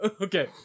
okay